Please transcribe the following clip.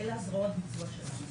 אלה הזרועות הביצועיות,